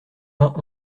vingt